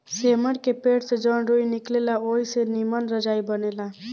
सेमर के पेड़ से जवन रूई निकलेला ओई से निमन रजाई बनेला